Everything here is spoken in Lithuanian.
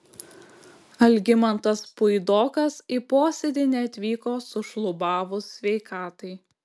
algimantas puidokas į posėdį neatvyko sušlubavus sveikatai